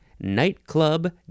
nightclub